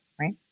right